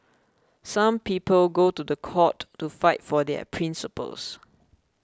some people go to the court to fight for their principles